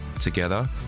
together